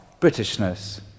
Britishness